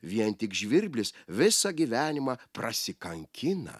vien tik žvirblis visą gyvenimą prasikankina